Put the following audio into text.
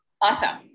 Awesome